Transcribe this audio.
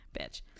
bitch